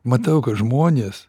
matau kad žmonės